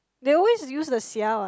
they always use the sia what